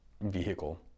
vehicle